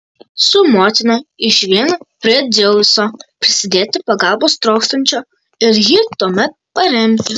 su motina išvien prie dzeuso prisidėti pagalbos trokštančio ir jį tuomet paremti